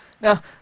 Now